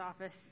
office